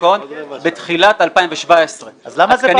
ההון בתחילת 2017. אז למה זה בא עכשיו?